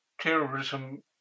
terrorism